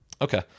Okay